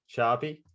Sharpie